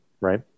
Right